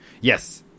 Yes